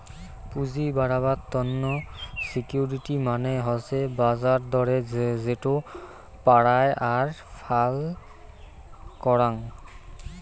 পুঁজি বাড়াবার তন্ন সিকিউরিটি মানে হসে বাজার দরে যেটো পারায় আর ফাল করাং